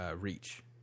reach